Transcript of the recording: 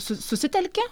su susitelki